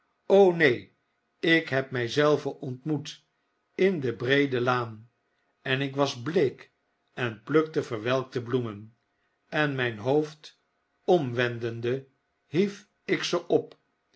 neen ik heb mfl zelve ontmoet in de breede laan en ik was bleek en plukte verwelkte bloemen en mgn hoofd omwendende hief ik ze op